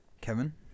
Kevin